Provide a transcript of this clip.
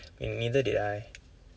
neither did I